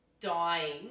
dying